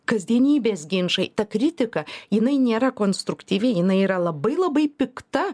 kasdienybės ginčai ta kritika jinai nėra konstruktyvi jinai yra labai labai pikta